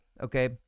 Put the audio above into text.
okay